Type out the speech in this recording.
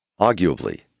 arguably